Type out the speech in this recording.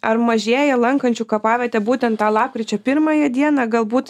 ar mažėja lankančių kapavietę būtent tą lapkričio pirmąją dieną galbūt